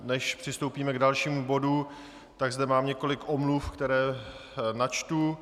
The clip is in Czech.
Než přistoupíme k dalšímu bodu, mám zde několik omluv, které načtu.